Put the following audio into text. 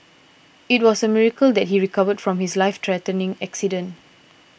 it was a miracle that he recovered from his life threatening accident